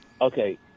Okay